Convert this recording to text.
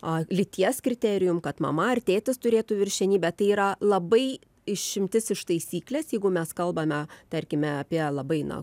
lyties kriterijum kad mama ar tėtis turėtų viršenybę tai yra labai išimtis iš taisyklės jeigu mes kalbame tarkime apie labai na